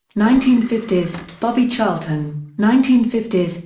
nineteen fifty s bobby charlton, nineteen fifty s,